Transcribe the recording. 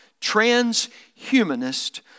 Transhumanist